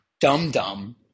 dum-dum –